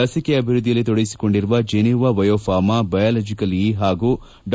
ಲಸಿಕೆ ಅಭಿವೃದ್ದಿಯಲ್ಲಿ ತೊಡಗಿಸಿಕೊಂಡಿರುವ ಜಿನೋವಾ ಬಯೋಫಾರ್ಮ ಬಯಲಾಜಿಕಲ್ ಇ ಹಾಗೂ ಡಾ